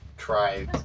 try